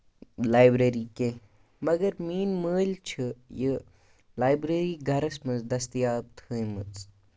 library کیٚنٛہہ مگر میٛٲنۍ مٲلۍ چھِ یہِ لایبریری گَرَس منٛز دٔستِیاب تھٲومٕژ